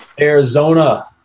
Arizona